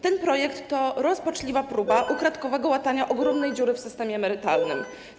Ten projekt to rozpaczliwa próba ukradkowego łatania ogromnej dziury w systemie emerytalnym.